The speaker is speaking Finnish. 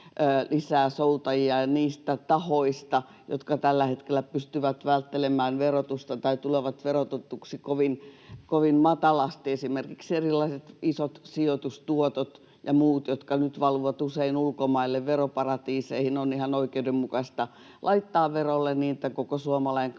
hyväosaisista ja niistä tahoista, jotka tällä hetkellä pystyvät välttelemään verotusta tai tulevat verotetuiksi kovin matalasti. Esimerkiksi erilaiset isot sijoitustuotot ja muut, jotka nyt valuvat usein ulkomaille veroparatiiseihin, on ihan oikeudenmukaista laittaa verolle, niin että koko suomalainen